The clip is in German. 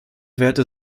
werte